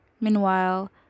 Meanwhile